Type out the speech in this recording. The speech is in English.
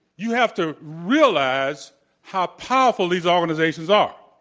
you have to realize how powerful these organizations are.